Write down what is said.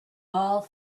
all